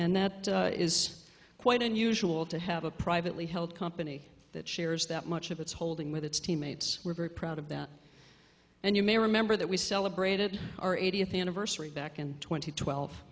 and that is quite unusual to have a privately held company that shares that much of its holding with its teammates we're very proud of that and you may remember that we celebrated our eightieth anniversary back in twenty twelve